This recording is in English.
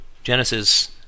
Genesis